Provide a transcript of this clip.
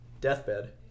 deathbed